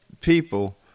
people